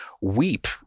weep